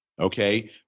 okay